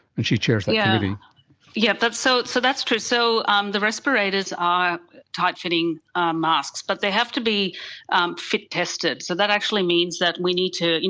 and she chairs that yeah yeah committee. so so that's true, so um the respirators are tight-fitting masks, but they have to be um fit-tested, so that actually means that we need to,